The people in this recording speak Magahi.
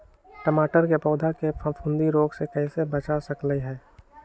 टमाटर के पौधा के फफूंदी रोग से कैसे बचा सकलियै ह?